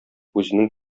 үзенең